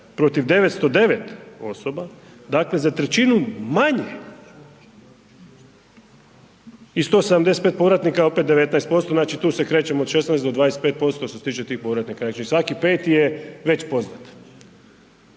protiv 909 osoba, dakle za trećinu manje i 175 povratnika, opet 19%, znači tu se krećemo od 16 do 25% što se tiče tih povratnika, znači svaki peti je već poznat